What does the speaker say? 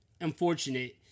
unfortunate